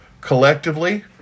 collectively